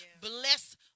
bless